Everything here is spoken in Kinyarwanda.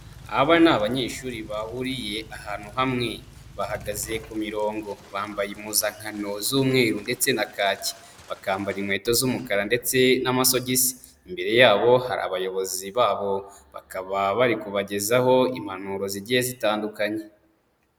Aba ni abanyeshuri bahuriye ahantu hamwe, bahagaze ku mirongo, bambaye impuzankano z'umweru ndetse na kaki, bakambara inkweto z'umukara ndetse n'amasogisi, imbere yabo hari abayobozi babo, bakaba bari kubagezaho impanuro zigiye zitandukanye.